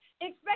Expect